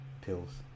pills